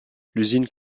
l’usine